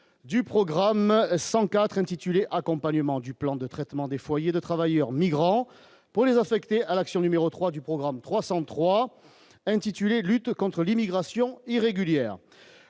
du programme 104 intitulée accompagnement du plan de traitement des foyers de travailleurs migrants pour les affecter à l'action, numéro 3 du programme 303 intitulé : lutte contre l'immigration irrégulière,